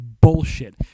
bullshit